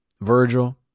Virgil